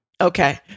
Okay